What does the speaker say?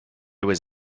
was